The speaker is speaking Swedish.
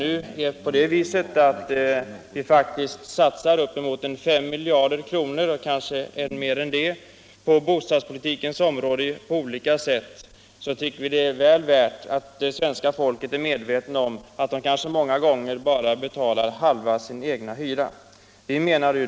När vi faktiskt satsar upp emot 5 miljarder kronor och kanske mer än det på bostadspolitikens område tycker vi att svenska folket bör vara medvetet om att det kanske många gånger betalar bara halva sin egen boendekostnad.